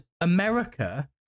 America